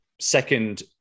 second